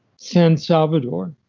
san salvador,